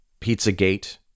Pizzagate